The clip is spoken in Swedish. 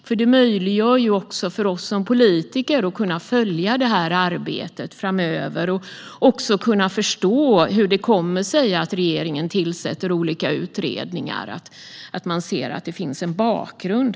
Detta möjliggör för oss politiker att följa arbetet framöver och även kunna förstå hur det kommer sig att regeringen tillsätter olika utredningar. Vi ser att det finns en bakgrund.